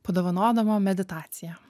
padovanodama meditaciją